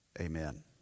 Amen